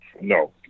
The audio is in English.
No